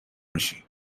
میشی